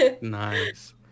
Nice